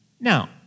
Now